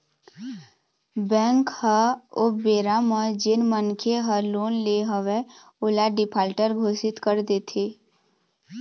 bank ह ओ बेरा म जेन मनखे ह लोन ले हवय ओला डिफाल्टर घोसित कर देथे